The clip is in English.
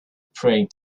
praying